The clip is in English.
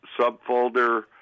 subfolder